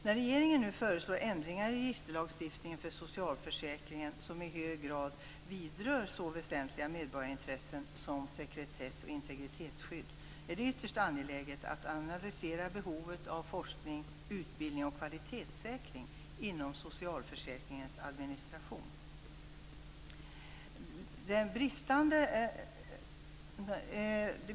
När regeringen nu föreslår ändringar i registerlagstiftningen för socialförsäkringen, som i hög grad vidrör så väsentliga medborgarintressen som sekretess och integritetsskydd, är det ytterst angeläget att analysera behovet av forskning, utbildning och kvalitetssäkring inom socialförsäkringens administration.